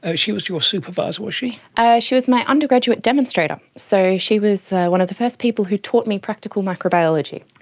ah she was your supervisor, was she? she was my undergraduate demonstrator. so she was one of the first people who taught me practical microbiology.